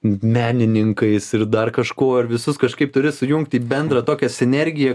didmenininkais ir dar kažkuo ir visus kažkaip turi sujungti į bendrą tokią sinergiją